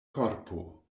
korpo